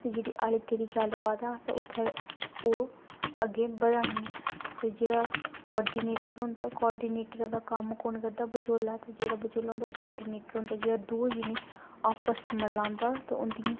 ते जेह्ड़ी लग्गै दी गल्ल बात ऐ अस उत्थै ओह् अग्गें बढ़ानी ऐ ते जेह्ड़ा कोआर्डिनेटर होंदा कोआर्डीनेटर दा कम्म कु'न करदा बचोला ते जेह्ड़ा बचोला होंदा ओह् कोआर्डिनेटर होंदा जेह्ड़ा दो जनें गी आपस च मलांदा ते उंदियें